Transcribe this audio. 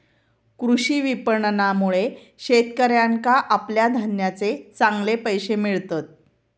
कृषी विपणनामुळे शेतकऱ्याका आपल्या धान्याचे चांगले पैशे मिळतत